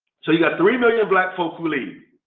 so you got three million black folks fleeing.